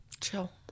chill